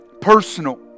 personal